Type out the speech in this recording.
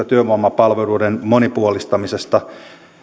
työvoimapalveluiden monipuolistamisesta